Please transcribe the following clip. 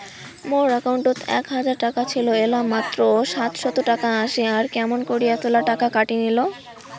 মোর একাউন্টত এক হাজার টাকা ছিল এলা মাত্র সাতশত টাকা আসে আর কেমন করি এতলা টাকা কাটি নিল?